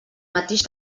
mateix